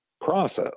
process